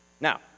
Now